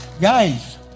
Guys